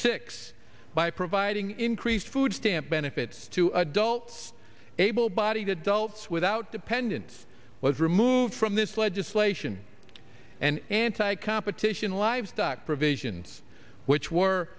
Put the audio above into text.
six by providing increased food stamp benefits to adults able bodied adults without dependents was removed from this legislation and anti competition livestock provisions which were